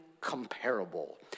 comparable